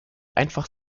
einfach